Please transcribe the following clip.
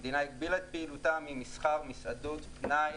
המדינה הגבילה את פעילותם של מסעדות, מסחר, פנאי,